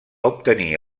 obtenir